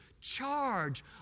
charge